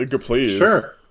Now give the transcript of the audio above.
Sure